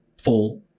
full